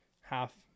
half –